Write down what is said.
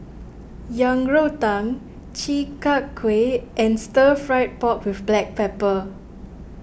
Yang Rou Tang Chi Kak Kuih and Stir Fried Pork with Black Pepper